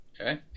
Okay